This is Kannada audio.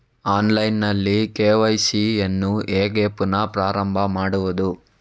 ಆನ್ಲೈನ್ ನಲ್ಲಿ ಕೆ.ವೈ.ಸಿ ಯನ್ನು ಹೇಗೆ ಪುನಃ ಪ್ರಾರಂಭ ಮಾಡುವುದು?